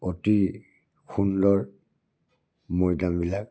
অতি সুন্দৰ মৈদামবিলাক